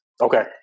Okay